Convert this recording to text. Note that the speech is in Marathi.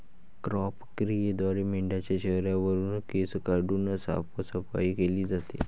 क्रॅच क्रियेद्वारे मेंढाच्या चेहऱ्यावरुन केस काढून साफसफाई केली जाते